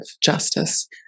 justice